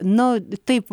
nu taip